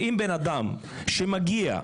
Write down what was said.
ואם אדם שמגיע,